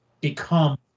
become